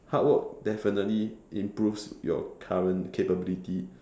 hard work definitely improves your current capability